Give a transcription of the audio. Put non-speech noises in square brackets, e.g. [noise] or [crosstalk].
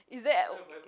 is that [noise]